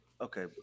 Okay